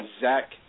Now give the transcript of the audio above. Zach